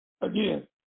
Again